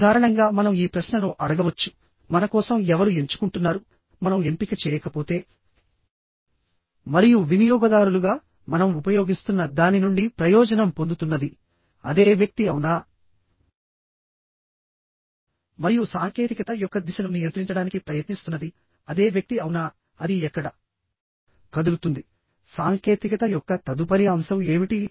సాధారణంగా మనం ఈ ప్రశ్నను అడగవచ్చు మనకోసం ఎవరు ఎంచుకుంటున్నారు మనం ఎంపిక చేయకపోతే మరియు వినియోగదారులుగా మనం ఉపయోగిస్తున్న దాని నుండి ప్రయోజనం పొందుతున్నది అదే వ్యక్తి అవునా మరియు సాంకేతికత యొక్క దిశను నియంత్రించడానికి ప్రయత్నిస్తున్నది అదే వ్యక్తి అవునాఅది ఎక్కడ కదులుతుంది సాంకేతికత యొక్క తదుపరి అంశం ఏమిటి